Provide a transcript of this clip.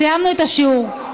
סיימנו את השיעור.